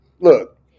look